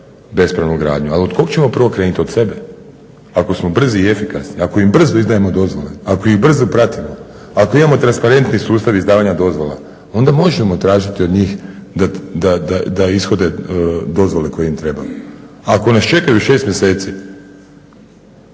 bespravnu gradnju. Ali od koga ćemo prvo krenuti? Od sebe. Ako smo brzi i efikasni, ako im brzo izdajemo dozvole, ako ih brzo pratimo, ako imamo transparenti sustav izdavanja dozvola onda možemo tražiti od njih da ishode dozvole koje im trebaju. Ako nas čekaju 6 mjeseci